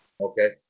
Okay